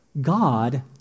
God